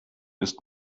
ist